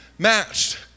matched